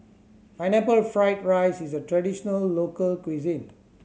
Pineapple Fried rice is a traditional local cuisine